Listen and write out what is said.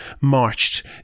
marched